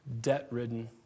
debt-ridden